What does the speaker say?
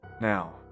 Now